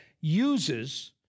uses